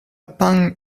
pang